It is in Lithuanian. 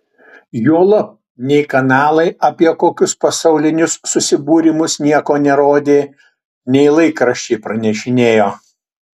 juolab nei kanalai apie kokius pasaulinius susibūrimus nieko nerodė nei laikraščiai pranešinėjo